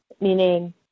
meaning